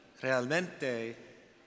realmente